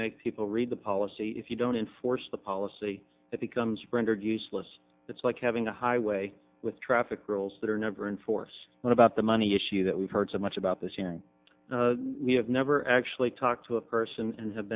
make people read the policy if you don't enforce the policy it becomes rendered useless it's like having a highway with traffic rules that are never in force and about the money issue that we've heard so much about this year we have never actually talked to a person and have